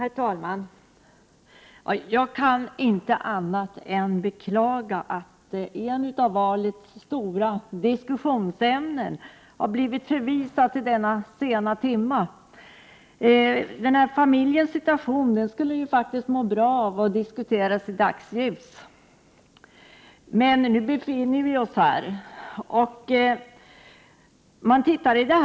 Herr talman! Jag kan inte annat än beklaga att ett av valets stora diskussionsämnen har blivit förvisat till denna sena timme. Familjens situation skulle må bra av att diskuteras i dagsljus, men nu befinner vi oss alltså här.